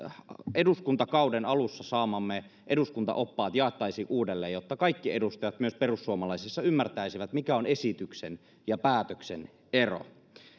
eduskuntakauden alussa saamamme eduskuntaoppaat jaettaisiin uudelleen jotta kaikki edustajat myös perussuomalaisissa ymmärtäisivät mikä on esityksen ja päätöksen ero